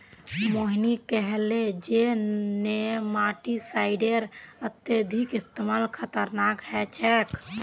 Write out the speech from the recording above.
मोहिनी कहले जे नेमाटीसाइडेर अत्यधिक इस्तमाल खतरनाक ह छेक